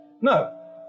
No